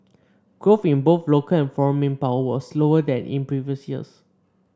growth in both local and foreign manpower was slower than in previous years